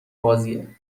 بازیه